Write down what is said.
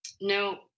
No